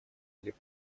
или